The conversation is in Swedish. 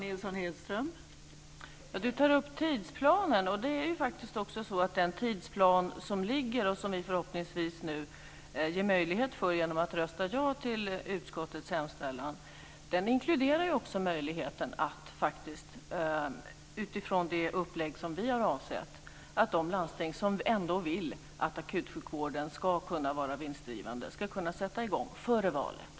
Fru talman! Kerstin Heinemann tar upp tidsplanen men den tidsplan som ligger och som vi nu förhoppningsvis möjliggör genom att rösta ja till utskottets hemställan inkluderar också, utifrån det upplägg som vi har avsett, att de landsting som vill att akutsjukvården ska kunna vara vinstdrivande ska kunna sätta i gång före valet.